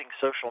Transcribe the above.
social